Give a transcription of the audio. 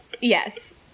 Yes